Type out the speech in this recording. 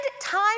time